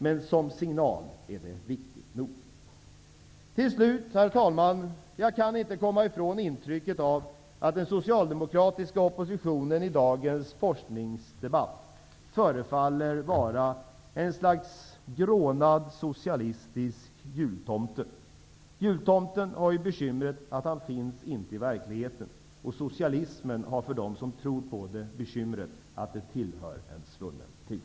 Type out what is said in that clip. Men som signal är det viktigt nog. Herr talman! Jag kan inte komma ifrån intrycket av att den socialdemokratiska oppositionen i dagens forskningsdebatt förefaller vara ett slags grånad socialistisk jultomte. Jultomten har ju det bekymret att han inte finns i verkligheten. Socialismen har, för dem som tror på den, det bekymret att den tillhör en svunnen tid.